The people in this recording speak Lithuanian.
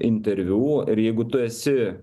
interviu ir jeigu tu esi